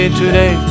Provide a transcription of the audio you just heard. today